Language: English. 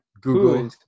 Google